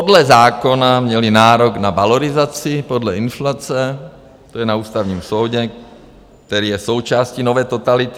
Podle zákona měli nárok na valorizaci podle inflace, to je na Ústavním soudu, který je součástí nové totality...